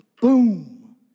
Boom